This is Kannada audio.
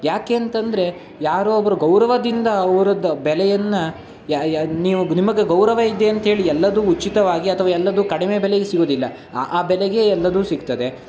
ಯಾಕೆ ಅಂತಂದರೆ ಯಾರೋ ಒಬ್ಬರು ಗೌರವದಿಂದ ಅವ್ರದ್ದು ಬೆಲೆಯನ್ನು ನೀವು ನಿಮಗೆ ಗೌರವ ಇದೆ ಅಂತೇಳಿ ಎಲ್ಲವೂ ಉಚಿತವಾಗಿ ಅಥವಾ ಎಲ್ಲವೂ ಕಡಿಮೆ ಬೆಲೆಗೆ ಸಿಗೋದಿಲ್ಲ ಆ ಆ ಬೆಲೆಗೆ ಎಲ್ಲವೂ ಸಿಗ್ತದೆ